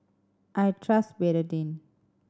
I trust Betadine